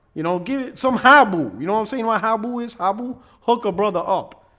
you know, give it some habu you know i'm saying why how buoys habu hook a brother up?